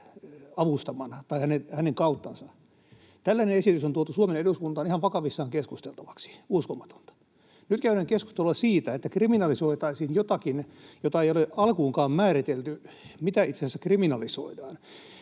avustamana tai hänen kauttansa. Tällainen esitys on tuotu Suomen eduskuntaan ihan vakavissaan keskusteltavaksi — uskomatonta. Nyt käydään keskustelua siitä, että kriminalisoitaisiin jotakin, jota ei ole alkuunkaan määritelty, mitä itse asiassa kriminalisoidaan,